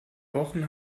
wochen